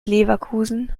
leverkusen